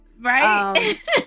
Right